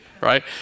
right